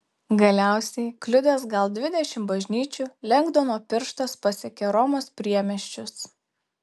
galiausiai kliudęs gal dvidešimt bažnyčių lengdono pirštas pasiekė romos priemiesčius